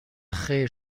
خیر